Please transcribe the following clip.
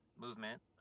movement